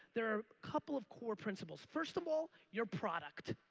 there are couple of core principles. first of all, your product.